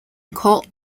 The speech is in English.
colt